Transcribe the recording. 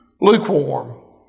Lukewarm